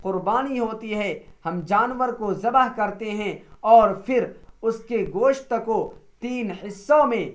قربانی ہوتی ہے ہم جانور کو ذبح کرتے ہیں اور پھر اس کے گوشت کو تین حصوں میں